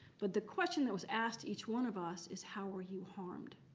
but the question that was asked each one of us is how were you harmed?